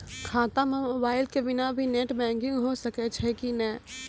खाता म मोबाइल के बिना भी नेट बैंकिग होय सकैय छै कि नै?